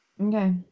Okay